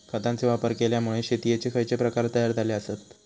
खतांचे वापर केल्यामुळे शेतीयेचे खैचे प्रकार तयार झाले आसत?